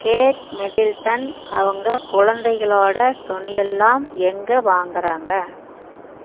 gate Middleton அவங்க குழந்தைகளோட துணியெல்லாம் எங்கே வாங்கிறாங்க